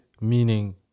meaning